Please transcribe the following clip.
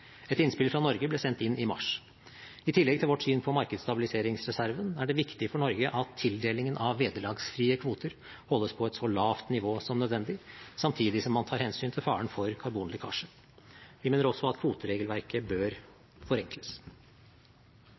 Et innspill fra Norge ble sendt inn i mars. I tillegg til vårt syn på markedsstabiliseringsreserven er det viktig for Norge at tildelingen av vederlagsfrie kvoter holdes på et så lavt nivå som nødvendig, samtidig som man tar hensyn til faren for karbonlekkasje. Vi mener også at kvoteregelverket bør forenkles.